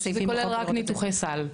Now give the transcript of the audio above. שזה כולל רק ניתוחי סל הלכה למעשה?